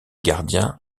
gardiens